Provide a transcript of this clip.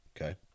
Okay